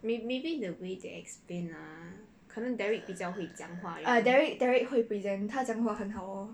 err derrick derrick 会 present 他讲话很好 lor